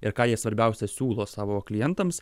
ir ką jie svarbiausia siūlo savo klientams